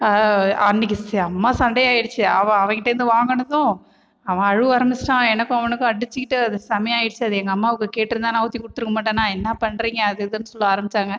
அன்னிக்கு செம சண்டையாயிடுச்சு அவன் அவன் கிட்டேருந்து வாங்குனதும் அவன் அழுவ ஆரம்பிச்சிட்டான் எனக்கும் அவனுக்கும் அடிச்சுக்கிட்டு அது செமயாயிடுச்சு அது எங்கள் அம்மாவுக்கு கேட்டிருந்தா நான் ஊற்றி கொடுத்துருக்க மாட்டனா என்ன பண்ணிறிங்க அது இதுன்னு சொல்ல ஆரம்பிச்சாங்கள்